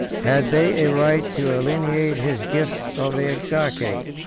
had they a right to alienate his gift of the exarchate?